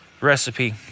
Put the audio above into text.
recipe